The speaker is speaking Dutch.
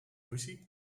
ruzie